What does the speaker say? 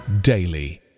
daily